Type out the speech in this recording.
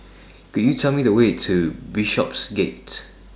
Could YOU Tell Me The Way to Bishopsgate